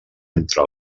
entre